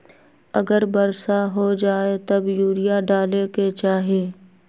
अगर वर्षा हो जाए तब यूरिया डाले के चाहि?